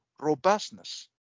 robustness